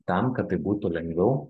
tam kad tai būtų lengviau